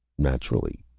naturally,